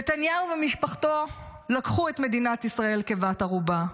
נתניהו ומשפחתו לקחו את מדינת ישראל כבת ערובה,